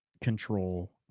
Control